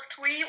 three